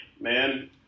man